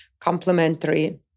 complementary